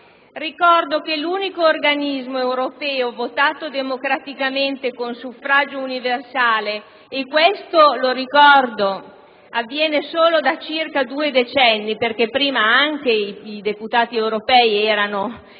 Ricordo che l'unico organismo europeo votato democraticamente con suffragio universale (e questo - lo ricordo - avviene solo da meno di tre decenni perché prima anche i deputati europei erano